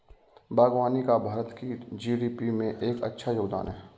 बागवानी का भारत की जी.डी.पी में एक अच्छा योगदान है